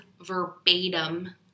verbatim